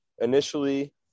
Initially